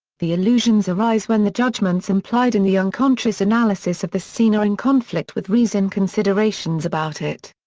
the illusions arise when the judgments implied in the unconscious analysis of the scene are in conflict with reasoned considerations about it.